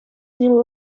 new